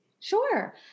Sure